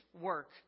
work